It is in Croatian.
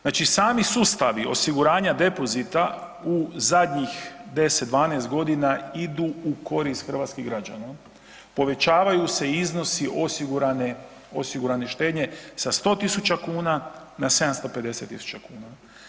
Znači sami sustavi osiguranja depozita u zadnjih 10, 12 godina idu u korist hrvatskih građana, povećavaju se iznosi osigurane štednje sa 100.000 kuna na 750.000 kuna.